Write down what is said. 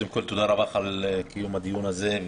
תודה על הדיון הזה.